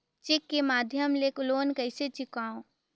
Cheque के माध्यम ले लोन कइसे चुकांव?